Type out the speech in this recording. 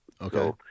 Okay